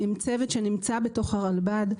עם צוות שנמצא בתוך הרלב"ד,